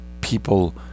people